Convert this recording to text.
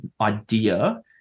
idea